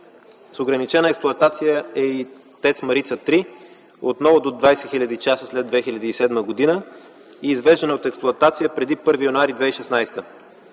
с ограничена експлоатация е и ТЕЦ „Марица 3” – отново до 20 хил. часа след 2007 г. и извеждане от експлоатация преди 1 януари 2016